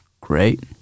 great